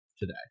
today